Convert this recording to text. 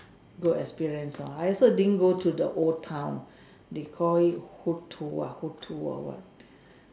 good experience lor I also didn't go to the old town they call it who to ah who to or what